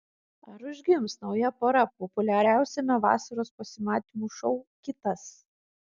ar užgims nauja pora populiariausiame vasaros pasimatymų šou kitas